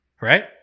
right